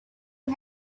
you